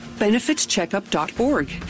benefitscheckup.org